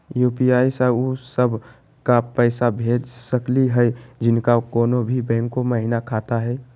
UPI स उ सब क पैसा भेज सकली हई जिनका कोनो भी बैंको महिना खाता हई?